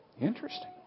Interesting